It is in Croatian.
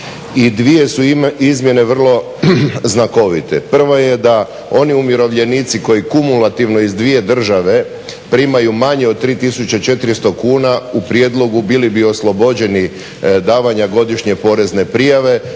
dvije su izmjene vrlo znakovite. Prva je da oni umirovljenici koji kumulativno iz dvije države primaju manje od 3400 kuna u prijedlogu bili bi oslobođeni davanja godišnje porezne prijave,